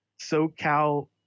SoCal